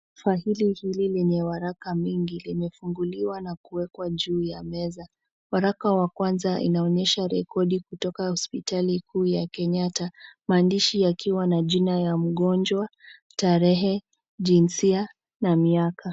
Faili hili lenye waraka mingi, limefunguliwa na kuekwa juu ya meza. Waraka wa kwanza inaonyesha rekodi kutoka hospitali kuu ya Kenyatta, maandishi yakiwa na jina ya mgonjwa, tarehe, jinsia na miaka.